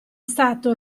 stato